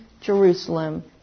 Jerusalem